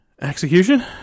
Execution